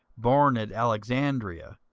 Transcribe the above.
born at alexandria,